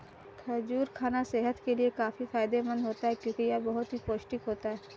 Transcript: खजूर खाना सेहत के लिए काफी फायदेमंद होता है क्योंकि यह बहुत ही पौष्टिक होता है